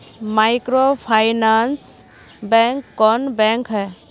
Microfinance bank कौन bank है?